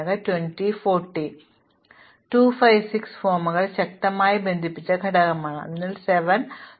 അതുപോലെ തന്നെ 2 5 6 ഫോമുകൾ ശക്തമായി ബന്ധിപ്പിച്ച ഘടകമാണ് അതിൽ 7 ശക്തമായി ബന്ധിപ്പിച്ച ഘടകം കാണിക്കുന്നു